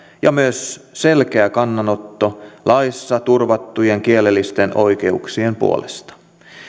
ja myös selkeä kannanotto laissa turvattujen kielellisten oikeuksien puolesta